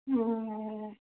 ए